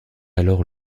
alors